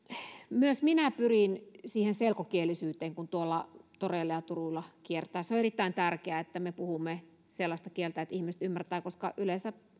myös minä pyrin siihen selkokielisyyteen kun tuolla toreilla ja turuilla kierrän on erittäin tärkeää että me puhumme sellaista kieltä että ihmiset ymmärtävät koska yleensä